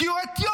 כי הוא אתיופי,